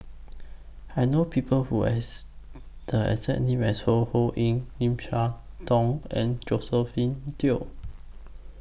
I know People Who has The exact name as Ho Ho Ying Lim Siah Tong and Josephine Teo